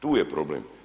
Tu je problem.